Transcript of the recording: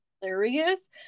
hilarious